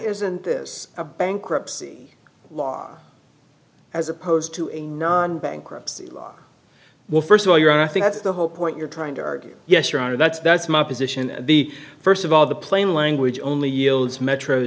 isn't this a bankruptcy law as opposed to a non bankruptcy law well first of all you're i think that's the whole point you're trying to argue yes your honor that's that's my position the first of all the plain language only yields metro